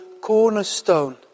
cornerstone